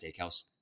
Steakhouse